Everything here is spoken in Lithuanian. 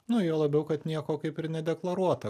nu juo labiau kad nieko kaip ir nedeklaruota